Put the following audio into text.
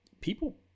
people